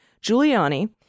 Giuliani